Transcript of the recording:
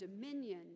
dominion